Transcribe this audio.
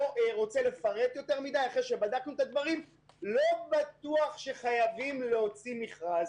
רוצה לפרט יותר מדי לא בטוח שחייבים להוציא מכרז.